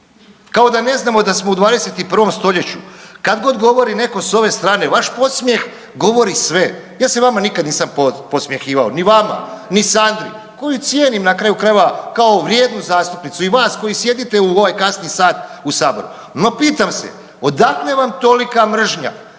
kao da ne znamo da smo u 21. stoljeću. Kad god govori netko s ove strane vaš podsmjeh govori sve. Ja se vama nikada nisam podsmjehivao ni vama, ni Sandri, koju cijenim na kraju krajeva kao vrijednu zastupnicu i vas koji sjedite u ovaj kasni sat u saboru, no pitam se odakle vam tolika mržnja